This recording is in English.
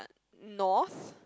north